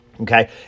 Okay